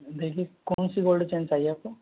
देखिए कौन सी गोल्ड चैन चाहिए आपको